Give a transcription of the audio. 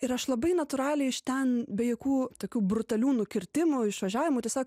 ir aš labai natūraliai iš ten be jokių tokių brutalių nukirtimų išvažiavimų tiesiog